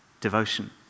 devotion